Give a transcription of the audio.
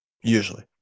Usually